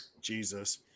jesus